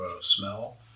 smell